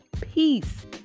peace